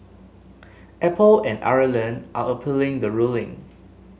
Apple and Ireland are appealing the ruling